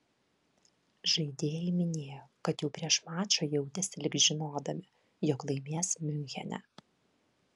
žaidėjai minėjo kad jau prieš mačą jautėsi lyg žinodami jog laimės miunchene